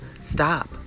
Stop